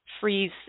freeze